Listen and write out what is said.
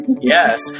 Yes